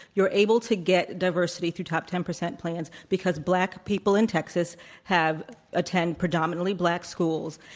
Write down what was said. you're able to get diversity through top ten percent plans because black people in texas have attend predominantly black schools,